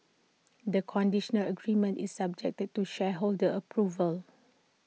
the conditional agreement is subject they to shareholder approval